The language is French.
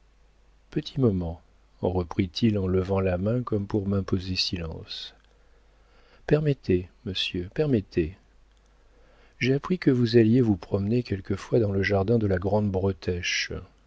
petit moment reprit-il en levant la main comme pour m'imposer silence permettez monsieur permettez j'ai appris que vous alliez vous promener quelquefois dans le jardin de la grande bretèche